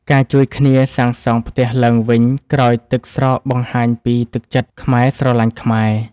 ការជួយគ្នាសាងសង់ផ្ទះឡើងវិញក្រោយទឹកស្រកបង្ហាញពីទឹកចិត្តខ្មែរស្រឡាញ់ខ្មែរ។